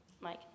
Mike